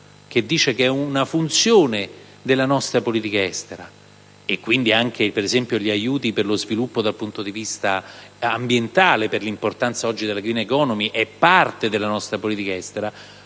sviluppo è una funzione della nostra politica estera - quindi anche gli aiuti allo sviluppo dal punto di vista ambientale per l'importanza oggi della *green economy* sono parte della nostra politica estera